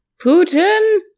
Putin